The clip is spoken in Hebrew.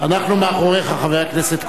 אנחנו מאחוריך, חבר הכנסת כהן.